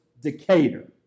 Decatur